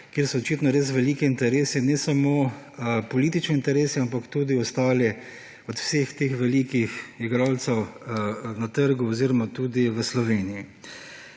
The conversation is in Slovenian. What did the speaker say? kjer so očitno res veliki interesi, ne samo politični interesi, ampak tudi ostali od vseh teh velikih igralcev na trgu oziroma tudi v Sloveniji.